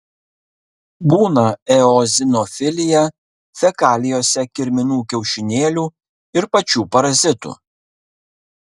būna eozinofilija fekalijose kirminų kiaušinėlių ir pačių parazitų